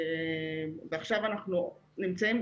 ועכשיו אנחנו נמצאים,